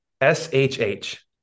S-H-H